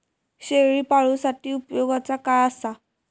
शेळीपाळूसाठी उपयोगाचा काय असा?